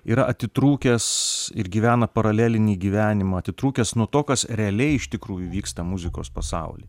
yra atitrūkęs ir gyvena paralelinį gyvenimą atitrūkęs nuo to kas realiai iš tikrųjų vyksta muzikos pasauly